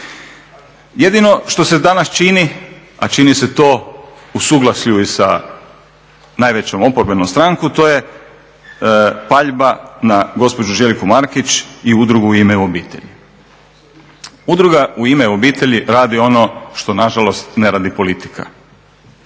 Jedino što se danas čini, a čini se to u suglasju i sa najvećom oporbenom strankom, to je paljba na gospođu Željku Markić i Udrugu "U ime obitelji." Udruga "U ime obitelji" radi ono što nažalost ne radi politika.